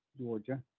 Georgia